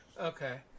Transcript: Okay